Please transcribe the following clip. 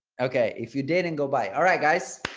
okay, if you didn't and go by alright guys,